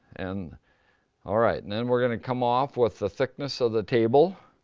and alright, and then we're gonna come off with the thickness of the table.